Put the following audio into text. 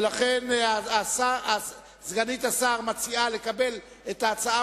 ולכן סגנית השר מציעה לקבל את ההצעה